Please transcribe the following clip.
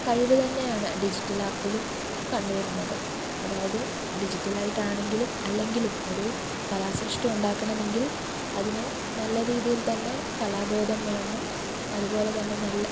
കഴിവു തന്നെയാണ് ഡിജിറ്റൽ ആർട്ടിലും കണ്ടു വരുന്നത് അതായത് ഡിജിറ്റൽ ആയിട്ടാണെങ്കിലും അല്ലെങ്കിലും ഒരു കലാസൃഷ്ടി ഉണ്ടാക്കണമെങ്കിൽ അതിനു നല്ല രീതിയിൽ തന്നെ കലാബോധം വേണം അതുപോലെ തന്നെ നല്ല